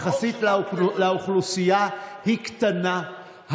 יחסית לאוכלוסייה, היא קטנה.